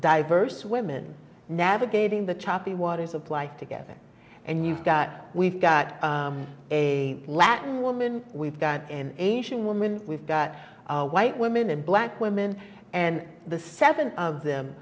diverse women navigating the choppy waters of life together and you've got we've got a latin woman we've got an asian woman we've got white women and black women and the seven of them